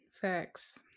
Facts